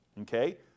Okay